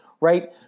right